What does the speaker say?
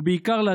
ובעיקר,